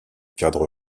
cadre